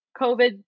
COVID